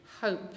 hope